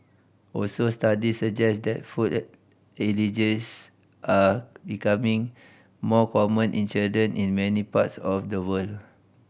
also studies suggest that food allergies are becoming more common in children in many parts of the world